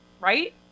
Right